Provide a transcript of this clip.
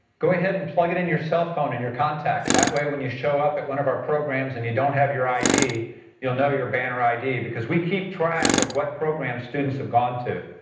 go ahead and plug it in in your cell phone in your contacts that way when you show up at one of our programs and you don't have your id you'll know your banner id because we keep track of what programs students have gone to.